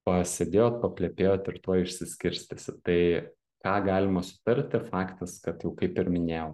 pasėdėjot paplepėjot ir tuoj išsiskirstysit tai ką galima sutarti faktas kad jau kaip ir minėjau